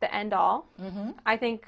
the end all i think